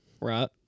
right